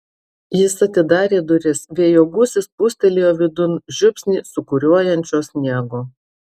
jis atidarė duris vėjo gūsis pūstelėjo vidun žiupsnį sūkuriuojančio sniego